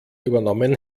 übernommen